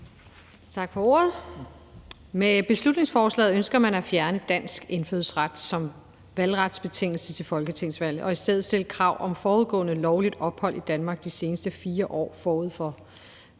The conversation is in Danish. Tak for ordet. Med beslutningsforslaget ønsker man at fjerne dansk indfødsret som valgretsbetingelse til folketingsvalg og i stedet stille krav om forudgående lovligt ophold i Danmark de seneste 4 år forud for